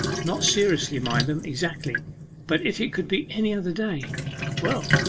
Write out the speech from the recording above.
not seriously mind them, exactly but if it could be any other day well,